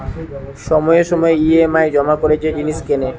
সময়ে সময়ে ই.এম.আই জমা করে যে জিনিস কেনে